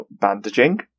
bandaging